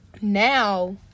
Now